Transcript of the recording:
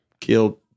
killed